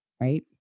right